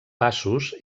passos